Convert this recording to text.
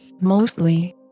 Mostly